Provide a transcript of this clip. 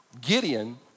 Gideon